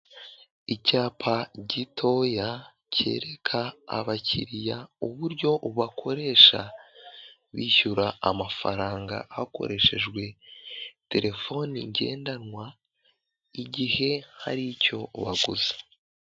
Icyapa gitoya cyereka abakiriya uburyo ubakoresha bishyura amafaranga, hakoreshejwe terefoni ngendanwa, igihe hari icyo waguze.